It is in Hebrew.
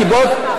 כי בעוד,